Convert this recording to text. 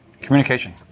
communication